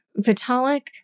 Vitalik